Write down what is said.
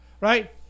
right